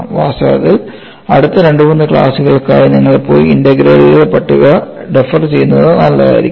വാസ്തവത്തിൽ അടുത്ത രണ്ട് മൂന്ന് ക്ലാസുകൾക്കായി നിങ്ങൾ പോയി ഇന്റഗ്രലുകളുടെ പട്ടിക റഫർ ചെയ്യുന്നത് നല്ലതായിരിക്കും